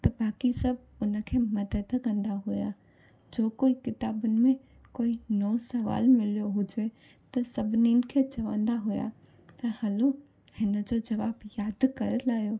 त बाक़ी सभु उन खें मदद कदां हुआ छो कोई किताबनि में कोई नओं सुवालु मिलियो हुजे त सभिनीनि खे चवंदा हुआ त हलो हिन जो जवाबु यादि करे लायो